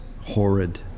horrid